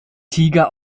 tiger